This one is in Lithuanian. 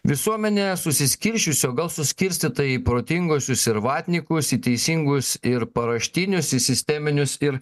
visuomenė susiskirsčiusi o gal suskirstyta į protinguosius ir vatnikus į teisingus ir paraštinius į sisteminius ir